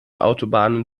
autobahnen